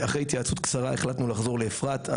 אחרי התייעצות קצרה החלטנו לחזור לאפרת.